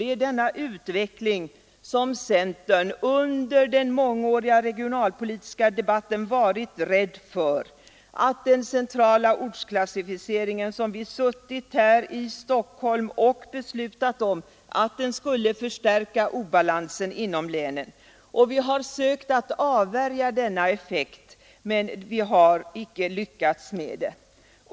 Det är denna utveckling som centern under den mångåriga regionalpolitiska debatten varit rädd för, nämligen att den centrala ortsklassificeringen, som man suttit här i Stockholm och beslutat om, skulle förstärka obalansen inom länen. Vi har sökt att avvärja denna effekt men tyvärr inte lyckats.